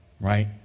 right